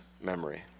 memory